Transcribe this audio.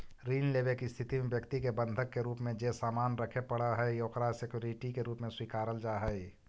ऋण लेवे के स्थिति में व्यक्ति के बंधक के रूप में जे सामान रखे पड़ऽ हइ ओकरा सिक्योरिटी के रूप में स्वीकारल जा हइ